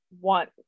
want